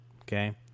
okay